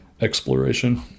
exploration